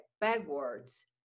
backwards